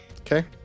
Okay